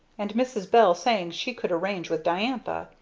and mrs. bell saying she could arrange with diantha.